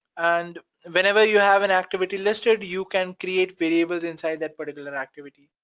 and whenever you have an activity listed you can create variables inside that particular and activity,